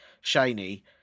shiny